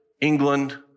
England